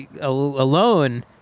alone